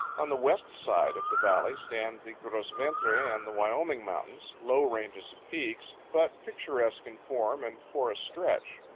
on the west side of the valley stand the gros ventre and the wyoming mountains, low ranges of peaks, but picturesque in form and forest stretch.